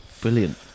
brilliant